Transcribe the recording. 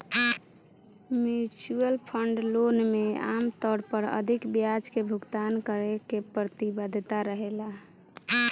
mutual fund loan में आमतौर पर अधिक ब्याज के भुगतान करे के प्रतिबद्धता रहेला